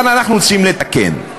אבל אנחנו רוצים לתקן,